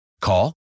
Call